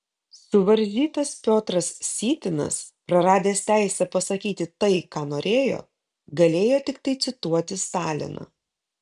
suvaržytas piotras sytinas praradęs teisę pasakyti tai ką norėjo galėjo tiktai cituoti staliną